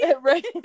Right